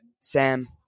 Sam